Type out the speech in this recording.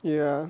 ya